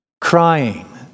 Crying